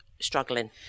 struggling